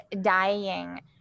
dying